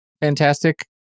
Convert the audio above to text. fantastic